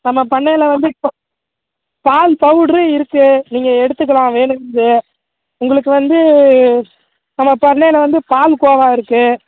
நம்ம பண்ணையில் வந்து இப்போது பால் பவுட்ரு இருக்குது நீங்கள் எடுத்துக்கலாம் வேணுங்கிறது உங்களுக்கு வந்து நம்ம பண்ணையில் வந்து பால்கோவா இருக்குது